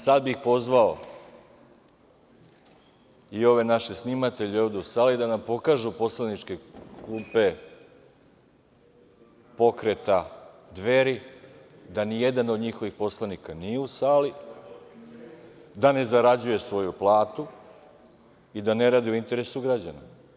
Sada bih pozvao naše snimatelje u sali da nam pokažu poslaničke klupe Pokreta Dveri, da nijedan od njihovih poslanika nije u sali, da ne zarađuje svoju platu i da ne radi u interesu građana.